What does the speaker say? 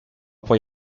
poi